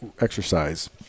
exercise